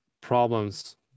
problems